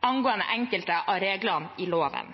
angående enkelte av reglene i loven.